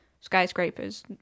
skyscrapers